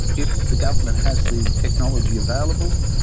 if the government has the technology available,